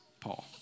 Paul